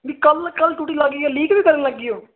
ਕੱਲ ਕੱਲ ਟੂਟੀ ਲੱਗ ਗਈ ਲੀਕ ਵੀ ਕਰਨ ਲੱਗ ਗਈ ਉਹ